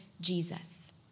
Jesus